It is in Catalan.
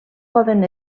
poden